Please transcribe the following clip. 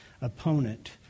opponent